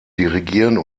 dirigieren